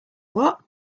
what